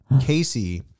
Casey